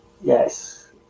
Yes